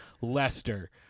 Lester